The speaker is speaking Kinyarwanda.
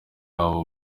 abo